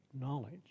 knowledge